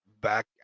back